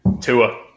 Tua